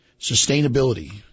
sustainability